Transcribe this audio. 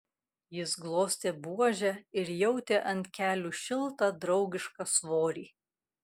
jis glostė buožę ir jautė ant kelių šiltą draugišką svorį